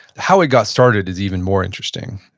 how it got started is even more interesting,